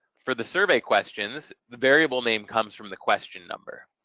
for the survey questions, the variable name comes from the question number.